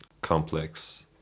complex